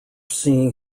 seeing